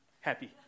happy